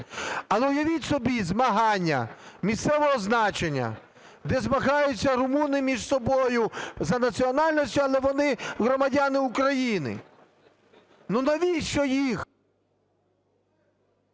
Але уявіть собі змагання місцевого значення, де змагаються румуни між собою за національністю, але вони громадяни України. Ну, навіщо їх…